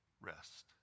rest